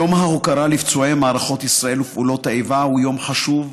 יום ההוקרה לפצועי מערכות ישראל ופעולות האיבה הוא יום חשוב,